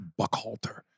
Buckhalter